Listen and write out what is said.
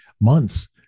months